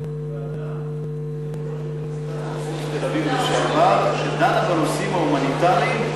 ועדה שעוסקת בנושאים ההומניטריים,